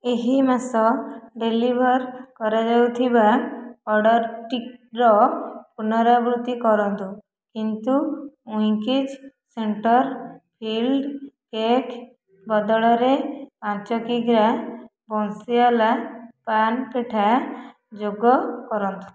ଏହି ମାସ ଡେଲିଭର୍ କରାଯାଇଥିବା ଅର୍ଡ଼ର୍ଟିର ପୁନରାବୃତ୍ତି କରନ୍ତୁ କିନ୍ତୁ ୱିଙ୍କିଜ ସେଣ୍ଟର୍ ଫିଲ୍ଡ କେକ୍ ବଦଳରେ ପାଞ୍ଚ କି ଗ୍ରା ବଂଶୀୱାଲା ପାନ୍ ପେଠା ଯୋଗକରନ୍ତୁ